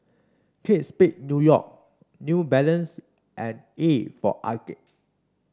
Kate Spade New York New Balance and A for Arcade